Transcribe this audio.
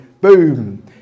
boom